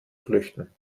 flüchten